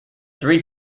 three